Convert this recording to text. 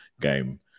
game